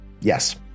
Yes